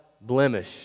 blemish